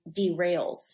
derails